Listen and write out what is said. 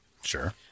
Sure